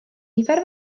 nifer